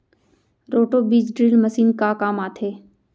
Roto बीज drill machine का काम आथे?